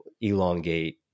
elongate